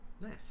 Nice